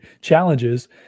challenges